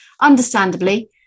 understandably